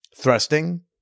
thrusting